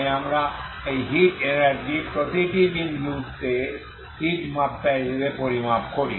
তাই আমরা এই হিট শক্তিকে প্রতিটি বিন্দুতে হিট মাত্রা হিসাবে পরিমাপ করি